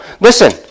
Listen